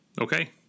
okay